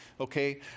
okay